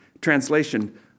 Translation